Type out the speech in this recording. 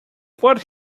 but